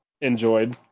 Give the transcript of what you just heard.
enjoyed